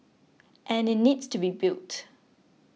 and it needs to be built